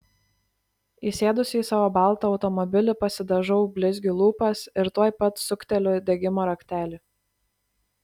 įsėdusi į savo baltą automobilį pasidažau blizgiu lūpas ir tuoj pat sukteliu degimo raktelį